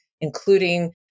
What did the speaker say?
including